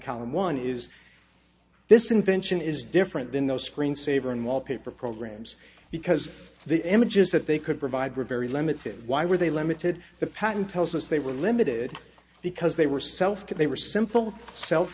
column one is this invention is different than those screen saver and wallpaper programs because the images that they could provide were very limited why were they limited the patent tells us they were limited because they were self that they were simple self